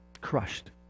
crushed